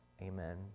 Amen